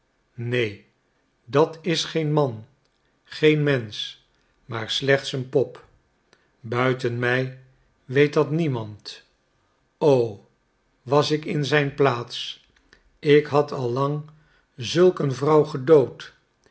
neen dat is geen man geen mensch maar slechts een pop buiten mij weet dat niemand o was ik in zijn plaats ik had al lang zulk een vrouw gedood